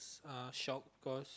uh shock cause